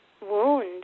wound